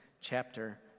chapter